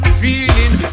feeling